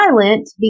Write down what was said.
violent